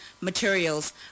materials